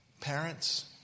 Parents